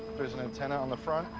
there's an antenna on the front,